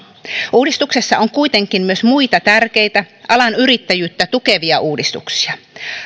uudistuksessa on kuitenkin myös muita tärkeitä alan yrittäjyyttä tukevia uudistuksia